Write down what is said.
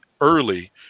early